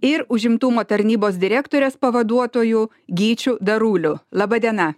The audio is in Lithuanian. ir užimtumo tarnybos direktorės pavaduotoju gyčiu daruliu laba diena